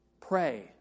Pray